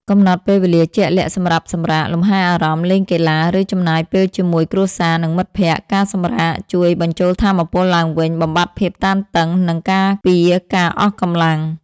កំណត់ពេលវេលាជាក់លាក់សម្រាប់សម្រាក លំហែអារម្មណ៍ លេងកីឡា ឬចំណាយពេលជាមួយគ្រួសារ និងមិត្តភក្តិ ការសម្រាកជួយបញ្ចូលថាមពលឡើងវិញ បំបាត់ភាពតានតឹង និងការពារការអស់កម្លាំង។